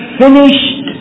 finished